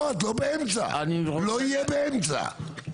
לא באמצע, לא יהיה באמצע,